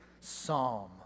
psalm